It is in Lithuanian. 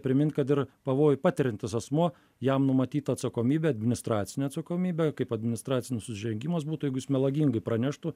primint kad ir pavojų patiriantis asmuo jam numatyta atsakomybė administracinė atsakomybė kaip administracinis nusižengimas būtų jeigu jis melagingai praneštų